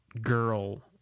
girl